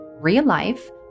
real-life